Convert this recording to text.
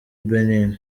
benin